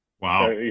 Wow